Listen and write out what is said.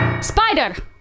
Spider